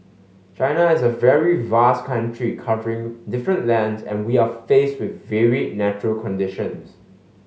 China is a very vast country covering different lands and we are faced with varied natural conditions